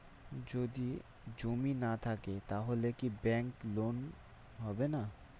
যদি জমি না থাকে তাহলে কি ব্যাংক লোন হবে না?